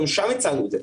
גם שם הצענו את זה.